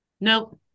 nope